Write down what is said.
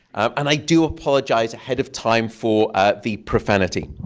and i do apologize ahead of time for ah the profanity.